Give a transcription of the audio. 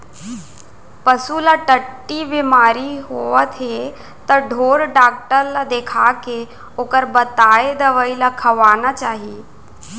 पसू ल टट्टी बेमारी होवत हे त ढोर डॉक्टर ल देखाके ओकर बताए दवई ल खवाना चाही